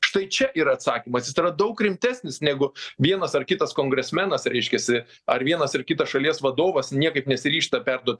štai čia yra atsakymas jis yra daug rimtesnis negu vienas ar kitas kongresmenas reiškiasi ar vienas ar kitas šalies vadovas niekaip nesiryžta perduot